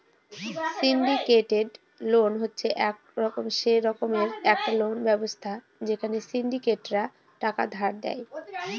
syndicated loan হচ্ছে সে রকমের একটা লোন ব্যবস্থা যেখানে সিন্ডিকেটরা টাকা ধার দেয়